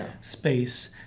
space